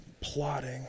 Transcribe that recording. plotting